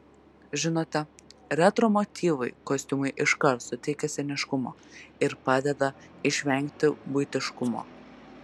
žinote retro motyvai kostiumui iškart suteikia sceniškumo ir padeda išvengti buitiškumo